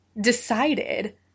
decided